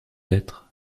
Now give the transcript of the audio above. être